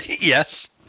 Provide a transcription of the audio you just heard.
Yes